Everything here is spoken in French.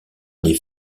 des